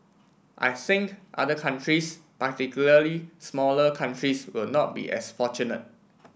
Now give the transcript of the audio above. I think other countries particularly smaller countries will not be as fortunate